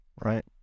Right